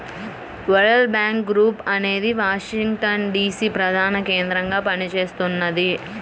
world bank group అనేది Washington DC ప్రధానకేంద్రంగా పనిచేస్తున్నది